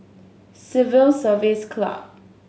Civil Service Club